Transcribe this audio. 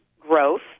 growth